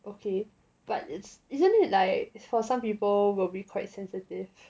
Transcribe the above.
okay but it's usually like for some people will be quite sensitive